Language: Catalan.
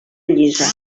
llisa